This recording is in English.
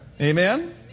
Amen